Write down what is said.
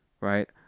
right